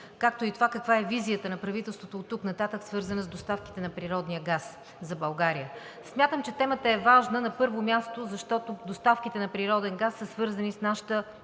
както и това каква е визията на правителството оттук нататък, свързана с доставките на природния газ за България. Смятам, че темата е важна, на първо място, защото доставките на природен газ са свързани с нашата